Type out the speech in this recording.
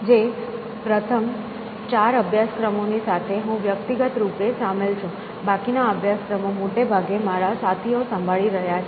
જે પ્રથમ ચાર અભ્યાસક્રમોની સાથે હું વ્યક્તિગત રૂપે સામેલ છું બાકીના અભ્યાસક્રમો મોટે ભાગે મારા સાથીઓ સંભાળી રહ્યા છે